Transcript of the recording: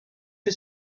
que